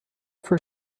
for